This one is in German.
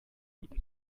guten